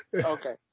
Okay